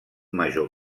major